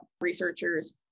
researchers